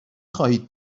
خواهید